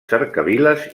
cercaviles